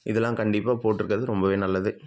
இதுலாம் கண்டிப்பாக போட்டுருக்கறது ரொம்பவே நல்லது